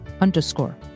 underscore